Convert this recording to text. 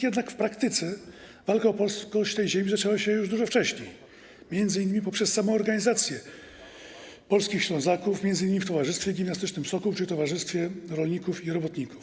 Jednak w praktyce walka o polskość tej ziemi zaczęła się już dużo wcześniej, m.in. poprzez samoorganizację polskich Ślązaków, m.in. w Towarzystwie Gimnastycznym ˝Sokół˝ czy Towarzystwie Rolników i Robotników.